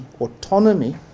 autonomy